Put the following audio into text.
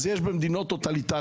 יש את זה במדינות טוטליטאריות,